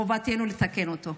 וחובתנו לתקן אותו.